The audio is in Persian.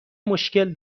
مشکل